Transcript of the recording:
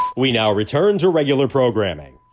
we now return to regular programming.